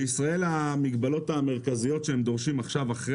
בישראל ההגבלות המרכזיות שהם דורשים עכשיו אחרי